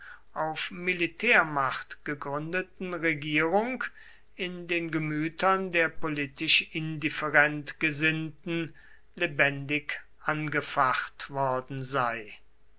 auf militärmacht gegründeten regierung in den gemütern der politisch indifferent gesinnten lebendig angefacht worden sei